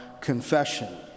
confession